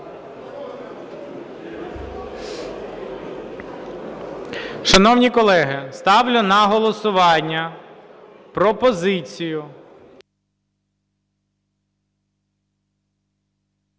Шановні колеги, ставлю на голосування пропозицію...